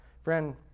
Friend